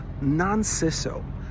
non-CISO